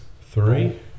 three